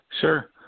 Sure